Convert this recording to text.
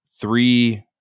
three